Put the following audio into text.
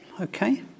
okay